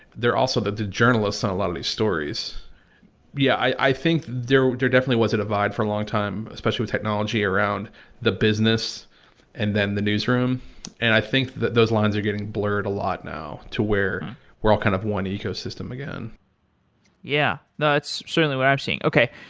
they're also the the journalists on a lot of these stories yeah, i think there definitely was a divide for a long time, especially with technology around the business and then the newsroom and i think that those lines are getting blurred a lot now to where we're all kind of one ecosystem again yeah, that's certainly what i'm seeing. okay,